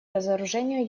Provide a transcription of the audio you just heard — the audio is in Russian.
разоружение